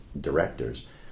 directors